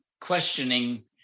questioning